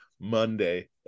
Monday